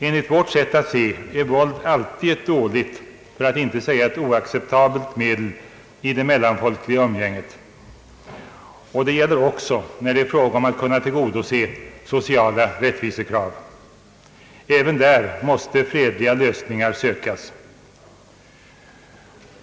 Enligt vårt sätt att se är våld alltid ett dåligt, för att inte säga ett oacceptabelt medel i det mellanfolkliga umgänget, och detta gäller också när det är fråga om att kunna tillgodose sociala rättvisekrav. Även där måste fredliga lösningar sökas.